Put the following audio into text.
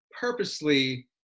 purposely